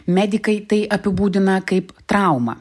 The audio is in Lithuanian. medikai tai apibūdina kaip traumą